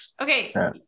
Okay